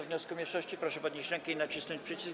wniosku mniejszości, proszę podnieść rękę i nacisnąć przycisk.